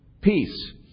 Peace